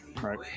Right